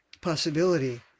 possibility